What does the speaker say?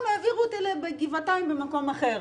העבירו אותי לגבעתיים במקום אחר.